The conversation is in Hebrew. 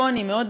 כמובן,